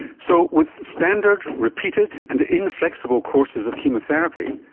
so with standard, repeated and inflexible courses of chemotherapy,